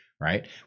right